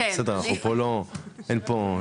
אין פה,